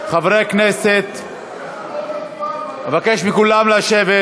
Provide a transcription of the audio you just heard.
חברי הכנסת, אבקש מכולם לשבת.